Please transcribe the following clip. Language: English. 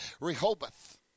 Rehoboth